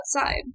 outside